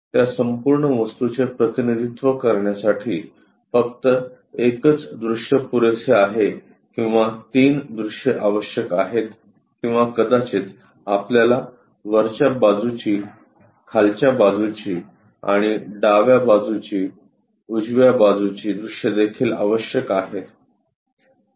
त्या संपूर्ण वस्तूचे प्रतिनिधित्व करण्यासाठी फक्त एकच दृश्य पुरेसे आहे किंवा तिन्ही दृश्ये आवश्यक आहेत किंवा कदाचित आपल्याला वरच्या बाजूची खालच्या बाजूची आणि डाव्या बाजूची उजव्या बाजूची दृश्ये देखील आवश्यक आहेत